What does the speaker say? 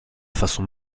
façon